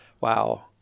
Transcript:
Wow